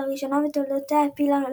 ולראשונה בתולדותיה העפילה למונדיאל.